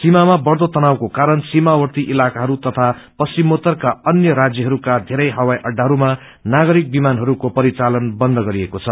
सीमामा बढ़दो तनावको कारण सीामावर्ती इलाकाहरू तथा पश्चिमकोत्तरका अन्य राज्यहरूका धेरै हवाईअड्डाहरूमा नागरिक विामानहरूको पचिालन बन्द गरिएको छ